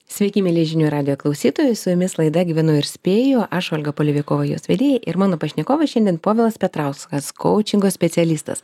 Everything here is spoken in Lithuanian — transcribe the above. sveiki mieli žinių radijo klausytojai su jumis laida gyvenu ir spėju apžvelgia olga polevikova jos vedėja ir mano pašnekovas šiandien povilas petrauskas kaučingo specialistas